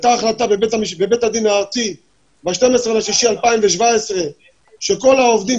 הייתה החלטה בבית הדין הארצי ב-12.6.2017 שכל העובדים